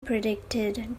predicted